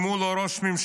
אם הוא לא ראש ממשלה,